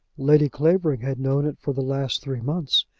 lady clavering had known it for the last three months,